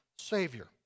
savior